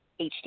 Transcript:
HD